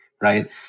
right